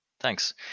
Thanks